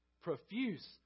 Profuse